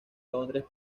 londres